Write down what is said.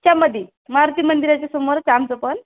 च्यामध्ये मारुती मंदिराच्या समोरचं आमचं पण